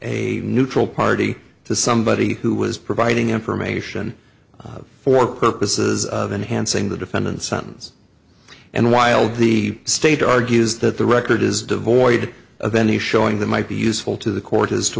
a neutral party to somebody who was providing information for purposes of enhancing the defendant's sentence and while the state argues that the record is devoid of any showing that might be useful to the court as to